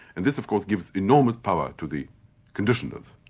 and this of course gives enormous power to the conditioners,